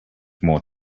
more